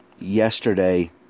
yesterday